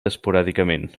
esporàdicament